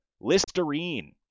listerine